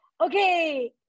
Okay